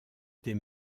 des